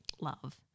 love